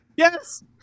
Yes